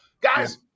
Guys